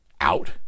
out